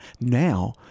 now